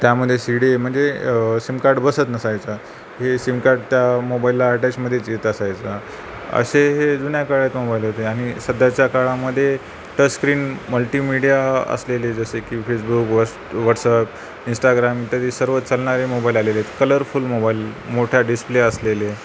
त्यामध्ये C D A म्हणजे sim card बसत नसायचं हे सिमकार्ड त्या मोबाईलला अटॅचमध्येच येत असायचा असे हे जुन्या काळात मोबाईल होते आणि सध्याच्या काळामध्ये टचस्क्रीन मल्टीमिडिया असलेले जसे की फेसबुक वॉ व्हॉट्सअप इंस्टाग्रां इत्यादी सर्व चालणारे मोबाईल आलेले आहेत कलरफुल मोबाईल मोठ्या डिस्प्ले असलेले